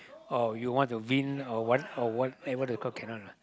or you want to win or what whatever the clock cannot lah